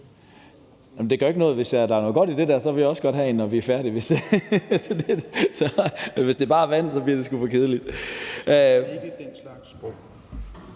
Det gør ikke noget, hvis der er noget godt i det der glas, for så vil jeg også gerne have et, når vi er færdige, men hvis det bare er vand, bliver det sgu for kedeligt.